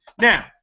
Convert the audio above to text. Now